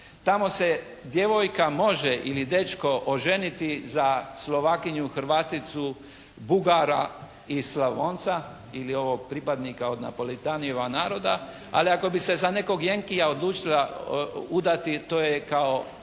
Tamo se djevojka može ili dečko oženiti za Slovakinju, Hrvaticu, Bugara i Slavonca ili pripadnika od Napolitanijeva naroda, ali ako bi se za nekog Jenkija odlučila udati to je kao